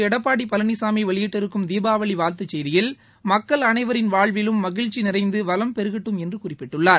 எடப்பாடி பழனிசாமி வெளியிட்டிருக்கும் தீபாவளி வாழ்த்து செய்தியில் மக்கள் அனைவரின் வாழ்விலும் மகிழ்ச்சி நிறைந்து வளம் பெருகட்டும் என்று குறிப்பிட்டுள்ளார்